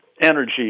energy